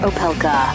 Opelka